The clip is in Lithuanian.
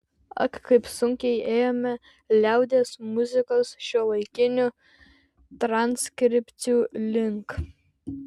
ak kaip sunkiai ėjome liaudies muzikos šiuolaikinių transkripcijų link